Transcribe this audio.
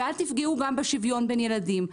ואל תפגעו בשוויון בין ילדים.